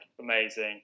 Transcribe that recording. amazing